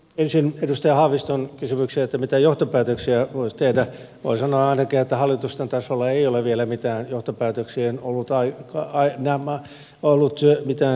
ensin edustaja haaviston kysymykseen mitä johtopäätöksiä voisi tehdä voin sanoa ainakin että hallitusten tasolla ei ole vielä mihinkään johtopäätöksiin mitään syytä nähty